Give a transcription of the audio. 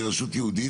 היא רשות יהודית,